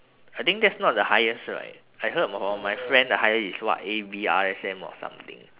I think that's not the highest right I heard from my friend the highest is what A_B_R_S_M or something